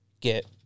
get